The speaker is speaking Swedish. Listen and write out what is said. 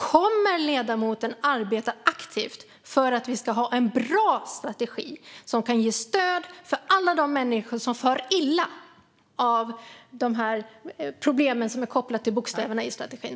Kommer ledamoten att arbeta aktivt för att vi ska ha en bra strategi som kan ge stöd åt alla de människor som far illa av de problem som är kopplade till bokstäverna i strategin?